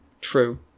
True